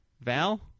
Val